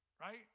Right